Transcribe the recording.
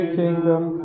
kingdom